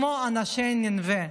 כמו אנשי נינווה.